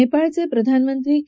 नेपाळचे प्रधानमंत्री के